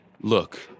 Look